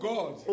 God